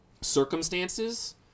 circumstances